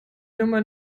nummer